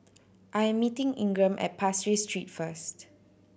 I am meeting Ingram at Pasir Ris Street first